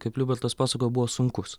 kaip liubertas pasakojo buvo sunkus